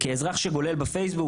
כאזרח שגולל בפייסבוק,